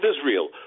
Israel